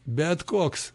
bet koks